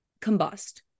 combust